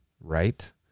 right